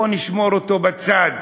בואו נשמור אותו בצד,